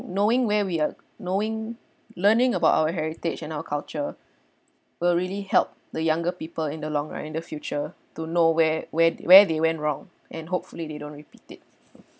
knowing where we are knowing learning about our heritage and our culture will really help the younger people in the long run in the future to know where where where they went wrong and hopefully they don't repeat it